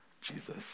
Jesus